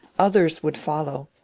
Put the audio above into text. others would follow.